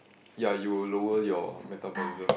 ya you will lower your metabolism